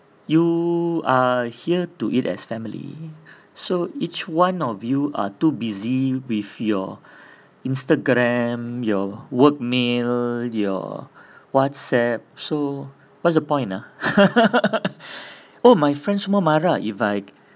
you are here to it as family so each one of you are too busy with your Instagram your work mail your Whatsapp so what's the point ah oh my friends semua marah if I